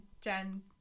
Jen